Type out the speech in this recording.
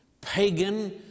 pagan